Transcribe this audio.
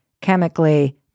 chemically